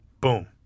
Boom